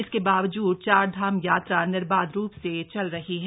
इसके बावजूद चारधाम यात्रा निर्बाध रूप से चल रही है